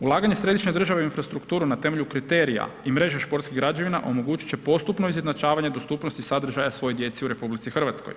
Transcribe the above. Ulaganje središnje državne infrastrukture na temelju kriterija i mreže športskih građevina omogućit će postupno izjednačavanje dostupnosti sadržaja svoj djeci u RH.